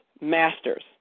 Masters